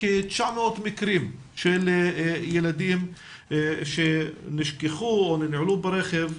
כ-900 מקרים של ילדים שנשכחו או ננעלו ברכב,